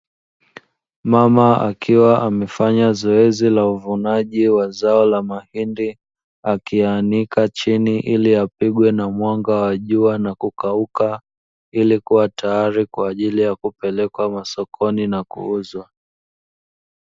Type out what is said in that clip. Mama akiwa amefanya zoezi la uvunaji wa zao la mahindi akiyaanika chini, ili yapigwe na mwanga wa jua na kukauka ili kuwa tayari kwa ajili ya kupelekwa masokoni na kuuzwa.